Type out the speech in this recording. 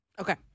Okay